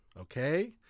Okay